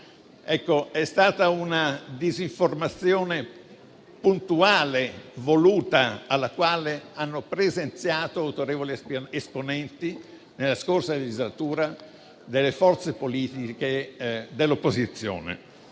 È stata una disinformazione puntuale e voluta, alla quale hanno presenziato autorevoli esponenti delle forze politiche dell'opposizione